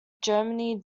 jeremy